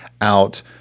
out